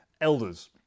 elders